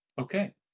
Okay